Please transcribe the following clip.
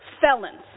felons